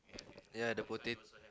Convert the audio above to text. ya the pota~